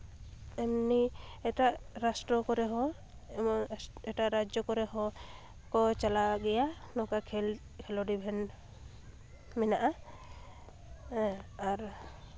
ᱮᱢᱱᱤ ᱮᱴᱟᱜ ᱨᱟᱥᱴᱨᱚ ᱠᱚᱨᱮ ᱦᱚᱸ ᱮᱴᱟᱜ ᱨᱟᱡᱽᱡᱚ ᱠᱚᱨᱮ ᱦᱚᱸ ᱠᱚ ᱪᱟᱞᱟᱣ ᱜᱮᱭᱟ ᱱᱚᱝᱠᱟ ᱠᱷᱮᱞ ᱠᱷᱮᱞᱳᱱᱰ ᱤᱵᱷᱮᱱᱴ ᱢᱮᱱᱟᱜᱼᱟ ᱟᱨ